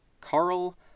Carl